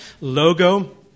logo